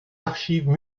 archives